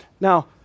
Now